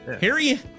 Harry